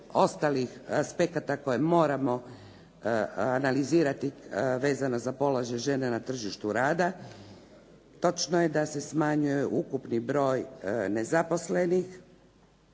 ostalih aspekata koje moramo analizirati vezano za položaj žene na tržištu rada. Točno je da se smanjuje ukupni broj nezaposlenih.